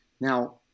Now